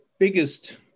Biggest